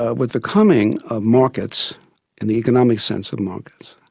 ah with the coming of markets in the economic sense of markets,